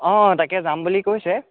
অঁ তাকে যাম বুলি কৈছে